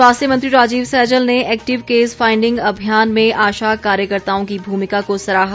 स्वास्थ्य मंत्री राजीव सैजल ने एक्टिव केस फाइंडिंग अभियान में आशा कार्यकर्ताओं की भूमिका को सराहा